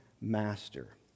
master